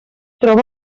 troba